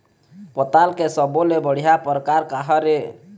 पताल के सब्बो ले बढ़िया परकार काहर ए?